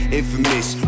infamous